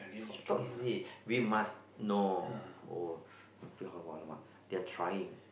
it's called talk is easy we must know oh they play football one oh they are trying